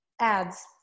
Ads